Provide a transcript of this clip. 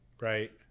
Right